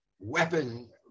weapon